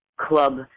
club